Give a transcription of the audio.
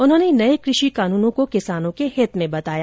उन्होंने नए कृषि कानूनों को किसानों के हित में बताया